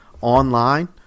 online